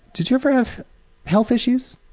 did you ever have health issues?